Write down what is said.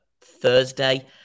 Thursday